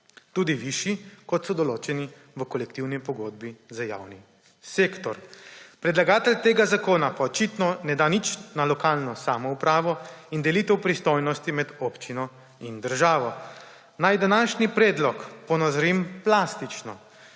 tudi višji, kot so določeni v kolektivni pogodbi za javni sektor. Predlagatelj tega zakona pa očitno ne da nič na lokalno samoupravo in delitev pristojnosti med občino in državo. Naj današnji predlog ponazorim plastično.